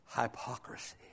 hypocrisy